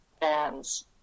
bands